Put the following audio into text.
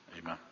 amen